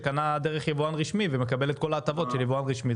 שקנה דרך יבואן רשמי ומקבל את כל ההטבות של יבואן רשמי.